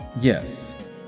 Yes